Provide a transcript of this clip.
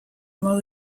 oma